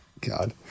God